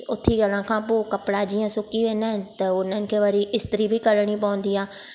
उथी करण खां पोइ कपिड़ा जीअं सुकी वेंदा आहिनि त हुननि खे वरी इस्त्री बि करिणी पवंदी आहे